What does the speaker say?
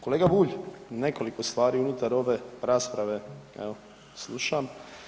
Kolega Bulj nekoliko stvari unutar ove rasprave slušam.